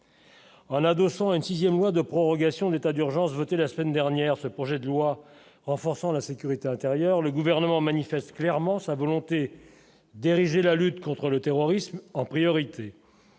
En adossant à une 6ème loi de prorogation de l'état d'urgence votée la semaine dernière, ce projet de loi renforçant la sécurité intérieure, le gouvernement manifeste clairement sa volonté d'ériger la lutte contre le terrorisme, en priorité,